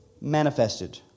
manifested